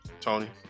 Tony